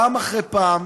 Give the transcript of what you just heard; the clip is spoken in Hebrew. פעם אחרי פעם